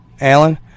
Alan